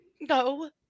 no